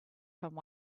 from